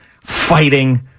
fighting